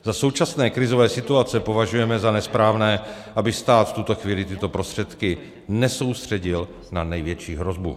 Za současné krizové situace považujeme za nesprávné, aby stát v tuto chvíli tyto prostředky nesoustředil na největší hrozbu.